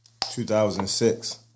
2006